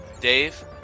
Dave